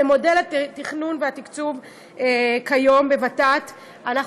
במודל התכנון והתקצוב כיום בוות"ת אנחנו